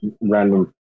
random